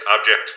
object